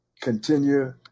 continue